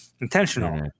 intentional